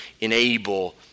enable